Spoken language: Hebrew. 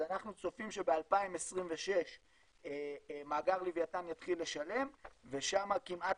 אז אנחנו צופים שב-2026 מאגר לווייתן יתחיל לשלם ושם כמעט